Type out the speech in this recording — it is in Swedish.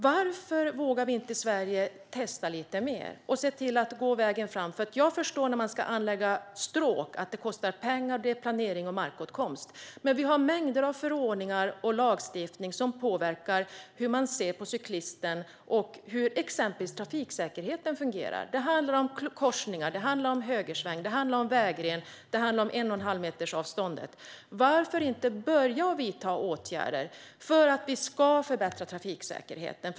Varför vågar vi inte i Sverige testa lite mer och se till att gå vägen fram? Jag förstår att det kostar pengar att anlägga stråk. Det handlar om planering och markåtkomst. Men vi har mängder av förordningar och lagstiftning som påverkar hur man ser på cyklisten och hur exempelvis trafiksäkerheten fungerar. Det handlar om korsningar, högersvängar, vägrenar och ett avstånd på en och en halv meter. Varför inte börja vidta åtgärder för att förbättra trafiksäkerheten?